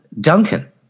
Duncan